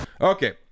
Okay